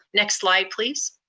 next slide please.